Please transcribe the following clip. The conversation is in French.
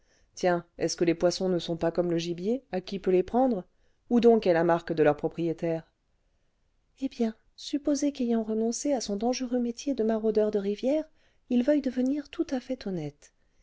tiens est-ce que les poissons ne sont pas comme le gibier à qui peut les prendre où donc est la marque de leur propriétaire eh bien supposez qu'ayant renoncé à son dangereux métier de maraudeur de rivière il veuille devenir tout à fait honnête